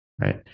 right